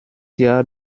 jahr